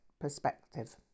perspective